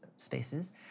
spaces